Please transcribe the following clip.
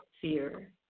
fear